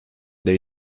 they